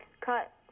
cut